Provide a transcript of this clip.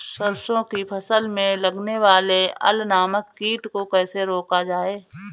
सरसों की फसल में लगने वाले अल नामक कीट को कैसे रोका जाए?